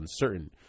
uncertain